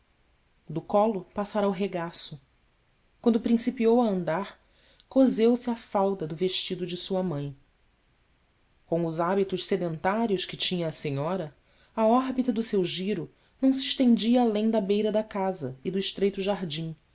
do colo passara ao regaço quando principiou a andar coseu se à falda do vestido de sua mãe com os hábitos sedentários que tinha a senhora a órbita do seu giro não se estendia além da beira da casa e do estreito jardim